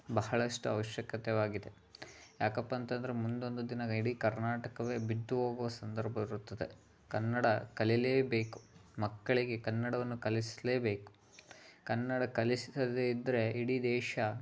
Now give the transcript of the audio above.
ಬಹಳಷ್ಟು ಅವಶ್ಯಕತೆಯಾಗಿದೆ ಯಾಕಪ್ಪ ಅಂತಂದರೆ ಮುಂದೊಂದು ದಿನ ಇಡೀ ಕರ್ನಾಟಕವೇ ಬಿದ್ದು ಹೋಗುವ ಸಂದರ್ ಬರುತ್ತದೆ ಕನ್ನಡ ಕಲಿಯಲೇಬೇಕು ಮಕ್ಕಳಿಗೆ ಕನ್ನಡವನ್ನು ಕಲಿಸಲೇಬೇಕು ಕನ್ನಡ ಕಲಿಸದೇ ಇದ್ದರೆ ಇಡೀ ದೇಶ